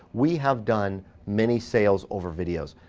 we have done many sales over videos.